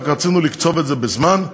ורק רצינו לקצוב את זה בזמן.